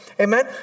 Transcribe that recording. Amen